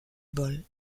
ball